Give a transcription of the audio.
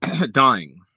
dying